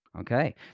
Okay